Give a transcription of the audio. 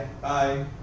Bye